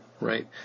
right